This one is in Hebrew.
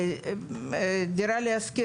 "דירה להשכיר",